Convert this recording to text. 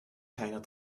keiner